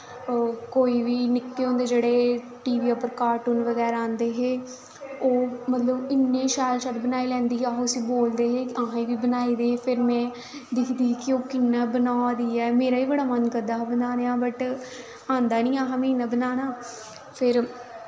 ओह् कोई बी निक्के होंदे जेह्ड़े टी वी पर कार्टून बगैरा औंदे हे ओह् मतलब इन्ने शैल शैल बनाई लैंदी ही अस उस्सी बोलदे हे असेंगी बी बनाई दे फिर में दिक्खदी ही ओह् कि'यां बना दी ही मेरा बी मन करदा हा बनाने गी बट आंदा गै निं ऐ हा मिगी इन्ना बनाना फिर